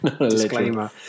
disclaimer